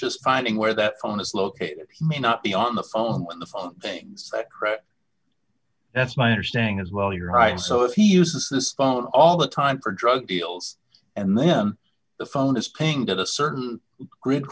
just finding where that phone is located may not be on the phone when the phone things that's my understanding as well you're right so if he uses this phone all the time for drug deals and then the phone is paying